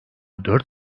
dört